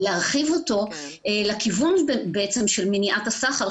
להרחיב אותו לכיוון בעצם של מניעת הסחר,